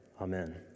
Amen